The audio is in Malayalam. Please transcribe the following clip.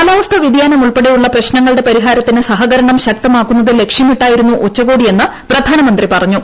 കാല്ര്വസ്ഥാ വൃതിയാനം ഉൾപ്പെടെയുള്ള പ്രശ്നങ്ങളുടെ പരിഹാരത്തിന് സഹകരണം ശക്തമാക്കുന്നത് ലക്ഷ്യമിട്ടായിരുന്നു ഉച്ചക്ടോട്ടിയെന്ന് പ്രധാനമന്ത്രി പറഞ്ഞു